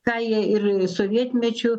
ką jie ir sovietmečiu